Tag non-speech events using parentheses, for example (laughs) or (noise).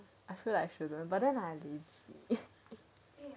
I feel like I shouldn't but then I like lazy (laughs)